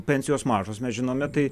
pensijos mažos mes žinome tai